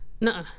No